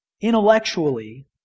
intellectually